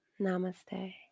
Namaste